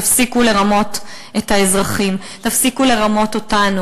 תפסיקו לרמות את האזרחים, תפסיקו לרמות אותנו.